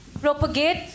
propagate